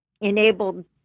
enabled